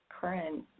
current